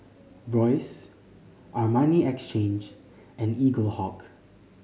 Royce Armani Exchange and Eaglehawk